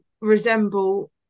resemble